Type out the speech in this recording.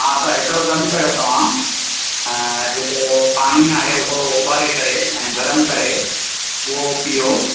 हा त हिकिड़ो कमु कयो तव्हां जेको पाणी आहे उहो ओॿारे करे ऐं गरम करे उहो पीओ